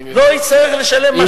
לא יצטרך לשלם,